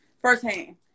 firsthand